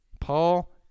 Paul